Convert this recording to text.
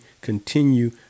continue